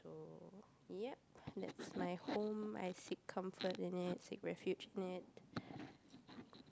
so yup that's my home I seek comfort in it seek refuge in it